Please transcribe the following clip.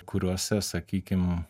kuriuose sakykim